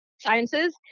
sciences